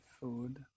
food